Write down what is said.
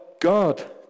God